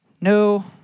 No